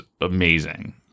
amazing